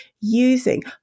using